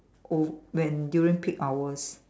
oh when during peak hours